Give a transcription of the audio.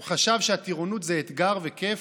הוא חשב שהטירונות זה אתגר וכיף,